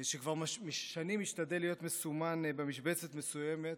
שכבר שנים משתדל להיות מסומן במשבצת מסוימת,